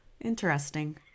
interesting